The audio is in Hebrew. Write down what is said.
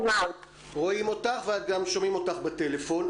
רואים אותך וגם שומעים אותך בטלפון.